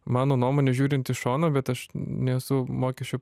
mano nuomone žiūrint iš šono bet aš nesu mokesčių